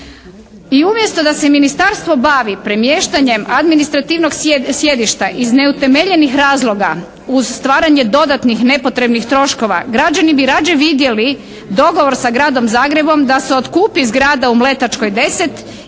I umjesto da se ministarstvo bavi premještanjem administrativnog sjedišta iz neutemeljenih razloga uz stvaranje dodatnih nepotrebnih troškova građani bi rađe vidjeli dogovor sa Gradom Zagrebom da se otkupi zgrada u Mletačkoj 10 i time prostor objedini i zaokruži